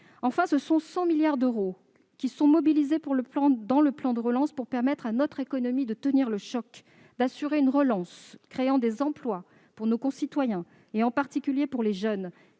Enfin, ce sont 100 milliards d'euros qui sont mobilisés dans le plan de relance pour permettre à notre économie de tenir le choc et d'assurer une relance créant des emplois pour nos concitoyens, en particulier pour les jeunes.